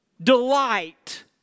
delight